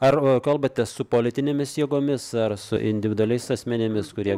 ar kalbate su politinėmis jėgomis ar su individualiais asmenimis kurie